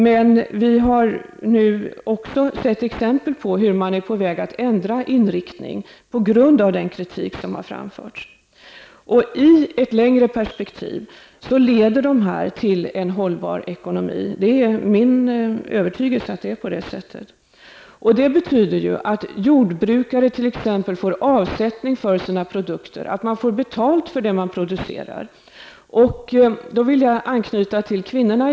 Men vi har nu också sett exempel på hur man är på väg att ändra inriktning på grund av den kritik som har framförts. Och i ett längre perspektiv leder dessa till en hållbar ekonomi. Det är min övertygelse. Det betyder att t.ex. jordbrukare får avsättning för sina produkter, dvs. att de får betalt för det som de producerar. Jag vill sedan åter anknyta till kvinnorna.